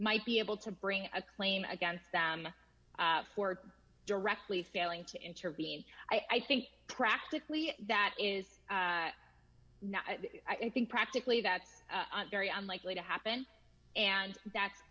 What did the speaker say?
might be able to bring a claim against them for directly failing to intervene i think practically that is i think practically that's very unlikely to happen and that's